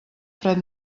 fred